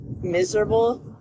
miserable